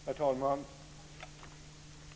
Herr talman!